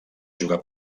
jugar